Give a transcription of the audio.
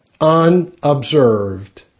unobserved